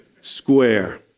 square